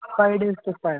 five days ട്രിപ്പായിരുന്നു